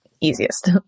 easiest